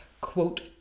quote